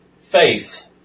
faith